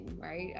right